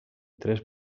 tres